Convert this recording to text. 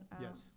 Yes